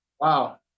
Wow